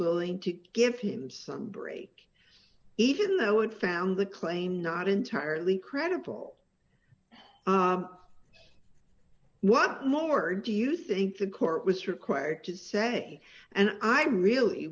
willing to give him some break even though it found the claim not entirely credible what more do you think the court was required to say and i really